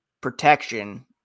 protection